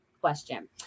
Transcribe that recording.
question